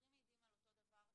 המסמכים מעידים על אותו דבר,